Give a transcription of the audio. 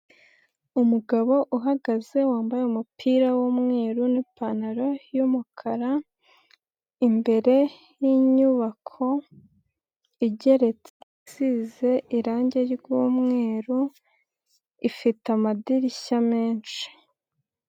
Umugabo uhagaze wambaye umupira w'umweru n'ipantaro y'umukara, imbere y'inyubako igeretse, isize irange ry'umweru, ifite amadirishya menshi.